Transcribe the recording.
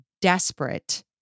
desperate